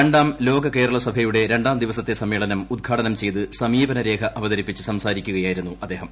രണ്ടാം ലോക കേരള സഭയുടെ രണ്ടാം ദിവസത്തെ സമ്മേളനം ഉദ്ഘാടനം ചെയ്തു സമീപനരേഖ അവതരിപ്പിച്ച് സംസാരിക്കുകയായിരുന്നു അദ്ദേഹം